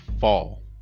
fall